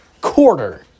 quarter